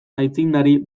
aitzindari